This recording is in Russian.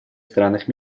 странах